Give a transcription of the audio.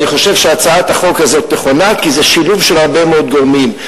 אני חושב שהצעת החוק הזאת נכונה כי זה שילוב של הרבה מאוד גורמים.